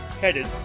headed